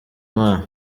imana